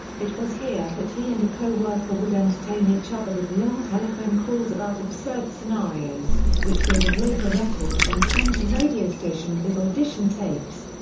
it was here that he and a co-worker would entertain each other with long telephone calls about absurd scenarios, which they would later record and send to radio stations as audition tapes.